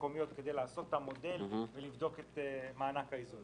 המקומיות כדי לעשות את המודל ולבדוק את מענק האיזון